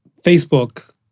Facebook